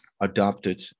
adopted